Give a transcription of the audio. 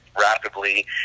rapidly